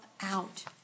out